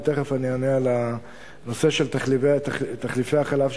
ותיכף אני אענה על הנושא של תחליפי החלב,